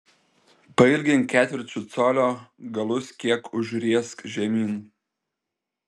pailgink ketvirčiu colio galus kiek užriesk žemyn